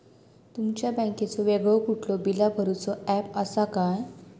तुमच्या बँकेचो वेगळो कुठलो बिला भरूचो ऍप असा काय?